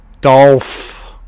Dolph